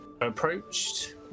approached